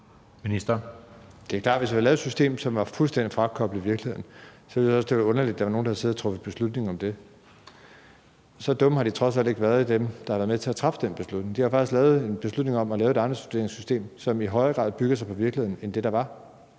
Det er klart, at hvis vi havde lavet et system, som var fuldstændig frakoblet virkeligheden, ville jeg også have syntes, det var underligt, at der var nogen, der havde siddet og truffet beslutning om det. Så dumme har dem, der har været med til at træffe den beslutning, trods alt ikke været. De har faktisk truffet en beslutning om at lave et ejendomsvurderingssystem, som i højere grad bygger på virkeligheden end det, der var,